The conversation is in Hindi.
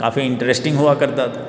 काफ़ी इंटरेस्टिंग हुआ करता था